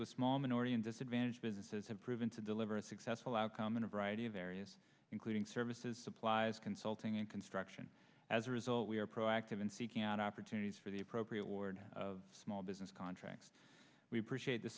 with small minority and disadvantaged businesses have proven to deliver a successful outcome in a variety of areas including services supplies consulting and construction as a result we are proactive in seeking out opportunities for the appropriate order of small business contracts we appreciate the